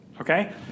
Okay